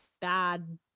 bad